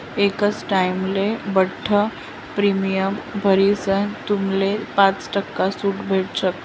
एकच टाइमले बठ्ठ प्रीमियम भरीसन तुम्हाले पाच टक्का सूट भेटू शकस